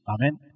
Amen